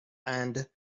and